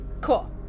Cool